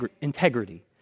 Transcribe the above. integrity